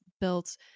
built